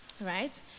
right